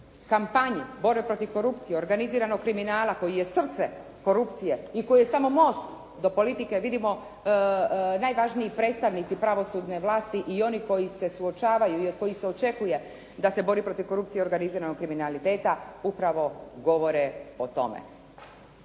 kampanji borbe protiv korupcije, organiziranog kriminala koji je srce korupcije i koji je samo most do politike, vidimo najvažniji predstavnici pravosudne vlasti i oni koji se suočavaju i od kojih se očekuje da se bore protiv korupcije i organiziranog kriminaliteta upravo govore o tome.